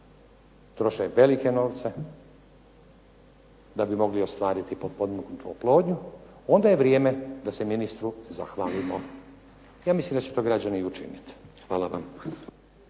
troše velike novce da bi mogli ostvariti potpomognutu oplodnju onda je vrijeme da se ministru zahvalimo. Ja mislim da će to građani i učiniti. Hvala vam.